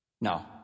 No